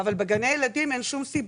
אבל בגני הילדים אין שום סיבה.